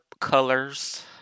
colors